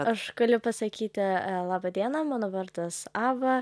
aš galiu pasakyti labą dieną mano vardas ava